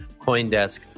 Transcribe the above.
Coindesk